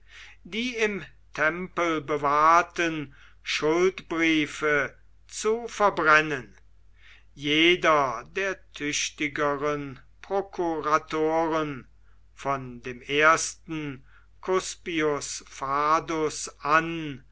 die im tempel bewahrten schuldbriefe zu verbrennen jeder der tüchtigeren prokuratoren von dem ersten cuspius fadus an